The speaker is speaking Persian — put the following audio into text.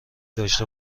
داشته